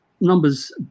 numbers